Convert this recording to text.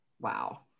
Wow